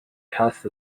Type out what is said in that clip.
cast